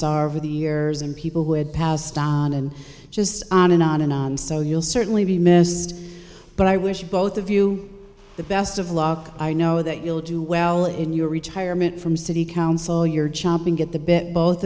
saw over the years and people who had passed on and just on and on and on so you'll certainly be missed but i wish both of you the best of luck i know that you'll do well in your retirement from city council you're chomping at the bit both